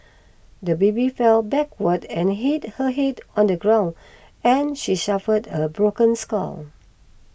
the baby fell backwards and hit her head on the ground and she suffered a broken skull